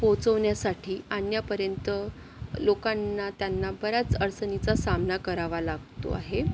पोचवण्यासाठी आणण्यापर्यंत लोकांना त्यांना बऱ्याच अडचणीचा सामना करावा लागतो आहे